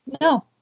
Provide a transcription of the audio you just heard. No